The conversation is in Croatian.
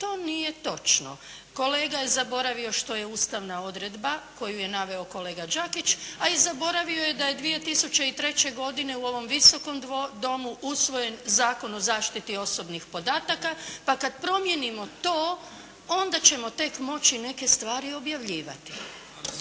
To nije točno. Kolega je zaboravio što je ustavna odredba koju je naveo kolega Đakić, a i zaboravio je da je 2003. godine u ovom Visokom domu usvojen Zakon o zaštiti osobnih podataka. Pa kada promijenimo to, onda ćemo tek moći neke stvari i objavljivati.